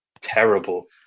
terrible